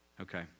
Okay